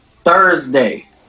Thursday